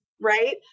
right